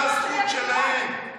זו הזכות שלהם.